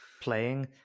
playing